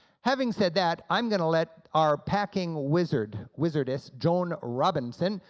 having said that, i'm gonna let our packing wizard wizardess joan robinson,